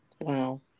Wow